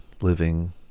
living